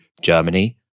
Germany